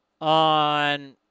on